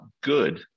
good